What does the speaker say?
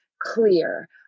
clear